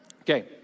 Okay